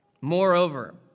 Moreover